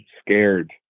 scared